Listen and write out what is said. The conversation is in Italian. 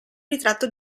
ritratto